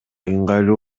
ыңгайлуу